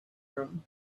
him